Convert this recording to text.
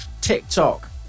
TikTok